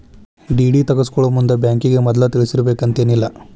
DD ತಗ್ಸ್ಕೊಳೊಮುಂದ್ ಬ್ಯಾಂಕಿಗೆ ಮದ್ಲ ತಿಳಿಸಿರ್ಬೆಕಂತೇನಿಲ್ಲಾ